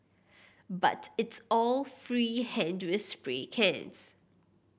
but it's all free hand with spray cans